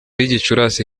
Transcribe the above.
gicurasi